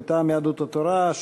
מטעם יהדות התורה,